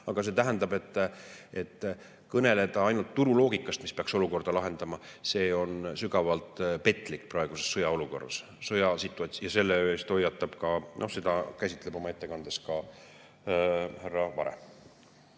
aga tähendab, et kõneleda ainult turuloogikast, mis peaks olukorra lahendama, on sügavalt petlik praeguses sõjaolukorras, sõjasituatsioonis. Selle eest hoiatab ja seda käsitleb oma ettekandes ka härra Vare.